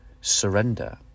surrender